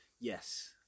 yes